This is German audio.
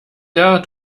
der